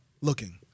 looking